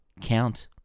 count